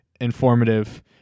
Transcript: informative